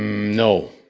no.